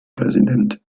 präsident